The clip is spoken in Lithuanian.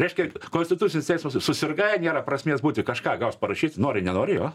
reiškia konstitucinis teismas susirgai nėra prasmės būti kažką gaus parašyti nori nenori jo